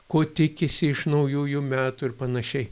ko tikisi iš naujųjų metų ir panašiai